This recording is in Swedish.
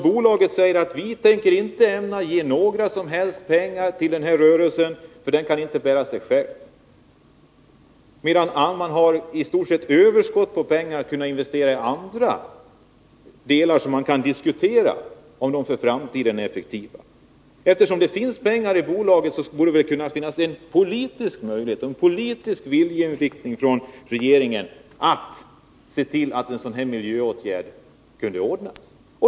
Bolaget säger att man inte tänker lägga ut några som helst pengar på den här rörelsen eftersom den inte kan bära sig själv, medan man i stort sett har överskott på pengar för att kunna investera i andra delar, där man kan diskutera om de är effektiva för framtiden. Men eftersom det finns pengar i bolaget borde det finnas en politisk möjlighet för regeringen att se till att det vidtas lämpliga miljöåtgärder.